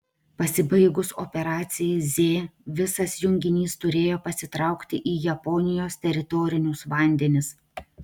pasibaigus operacijai z visas junginys turėjo pasitraukti į japonijos teritorinius vandenis